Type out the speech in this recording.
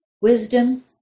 wisdom